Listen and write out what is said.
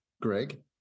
greg